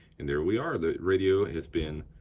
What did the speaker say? and there we are, the radio has been